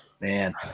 Man